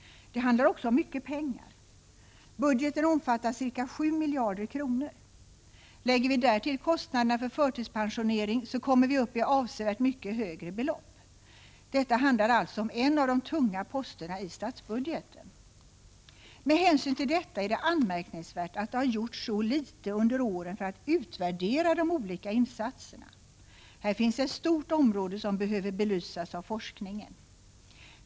Det handlar också om mycket pengar. Budgeten omfattar ca 7 miljarder kronor. Lägger vi därtill kostnaderna för förtidspensionering, så kommer vi upp i avsevärt högre belopp. Det handlar alltså om en av de tunga posterna i statsbudgeten. Med hänsyn till detta är det anmärkningsvärt att det har gjorts så litet under åren för att utvärdera de olika insatserna. Här finns ett stort område som behöver belysas av forskningen.